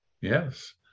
Yes